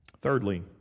Thirdly